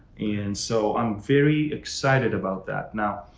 and so i'm very excited about that. now,